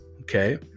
okay